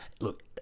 Look